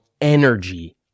energy